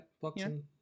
boxing